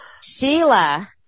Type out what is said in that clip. Sheila